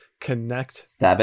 connect